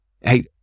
Hey